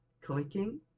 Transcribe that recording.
clicking